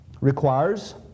requires